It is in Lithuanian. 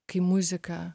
kai muzika